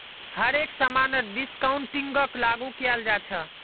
हर एक समानत डिस्काउंटिंगक लागू कियाल जा छ